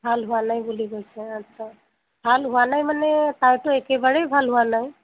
ভাল হোৱা নাই বুলি কৈছে আচ্ছা ভাল হোৱা নাই মানে তাৰটো একেবাৰেই ভাল হোৱা নাই